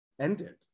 ended